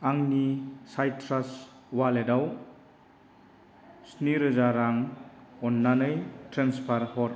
आंनि साइट्रास वालेटआव स्नि रोजा रां अन्नानै ट्रेन्सफार हर